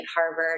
Harvard